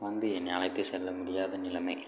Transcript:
வந்து என்னை அழைத்து செல்ல முடியாத நிலைமை